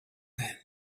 man